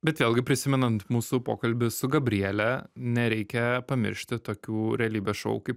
bet vėlgi prisimenant mūsų pokalbį su gabriele nereikia pamiršti tokių realybės šou kaip